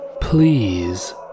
please